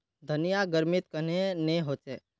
धनिया गर्मित कन्हे ने होचे?